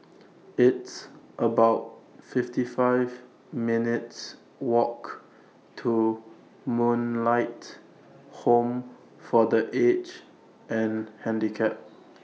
It's about fifty five minutes' Walk to Moonlight Home For The Aged and Handicapped